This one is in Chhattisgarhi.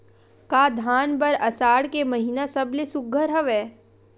का धान बर आषाढ़ के महिना सबले सुघ्घर हवय?